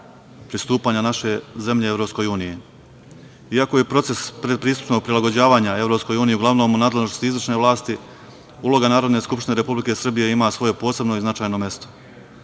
pristupanja naše zemlje EU.Iako je proces pred prisutno prilagođavanje EU uglavnom u nadležnosti izvršne vlasti, uloga Narodne skupštine Republike Srbije ima svoje posebno i značajno mesto.